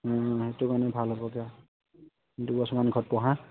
সেইটো কাৰণে ভাল হ'ব দিয়া দুবছৰমান ঘৰত পঢ়া